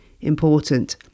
important